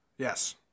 Yes